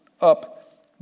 up